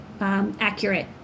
accurate